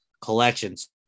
collections